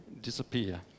disappear